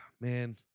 man